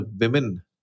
women